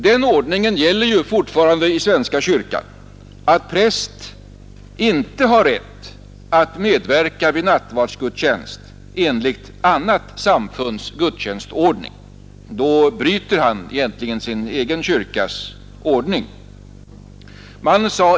Den ordningen gäller fortfarande i svenska kyrkan att präst inte har rätt att medverka vid nattvardsgudstjänst enligt annat samfunds gudstjänstordning.